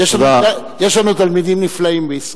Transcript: יש לנו תלמידים נפלאים בישראל.